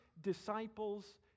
disciples